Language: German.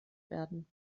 werden